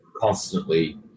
constantly